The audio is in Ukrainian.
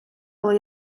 але